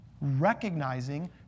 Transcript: Recognizing